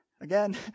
Again